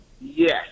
Yes